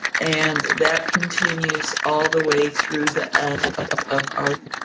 and that continues all the way through the end of our